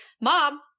mom